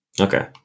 Okay